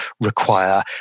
require